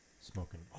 smoking